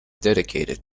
dedicated